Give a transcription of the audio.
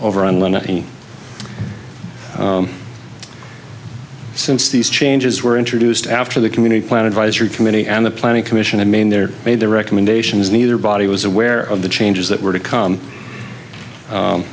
ninety since these changes were introduced after the community plan advisory committee and the planning commission in maine there made the recommendations neither body was aware of the changes that were to come